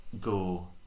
go